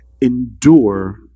Endure